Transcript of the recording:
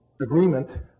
agreement